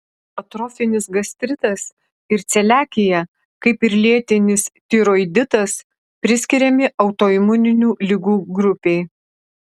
atrofinis gastritas ir celiakija kaip ir lėtinis tiroiditas priskiriami autoimuninių ligų grupei